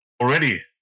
already